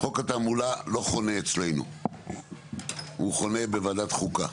חוק התעמולה לא חונה אצלנו הוא חונה בוועדת חוקה,